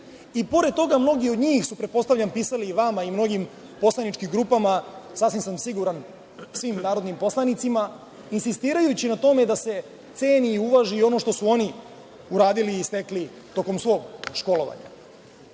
Pored toga, mnogi od njih su, pretpostavljam, pisali i vama i mnogim poslaničkih grupama, sasvim sam siguran, i svim narodnim poslanicima, insistirajući na tome da se ceni i uvaži ono što su oni uradili i stekli tokom svog školovanja.